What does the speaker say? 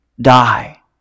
die